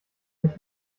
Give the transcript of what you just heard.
sich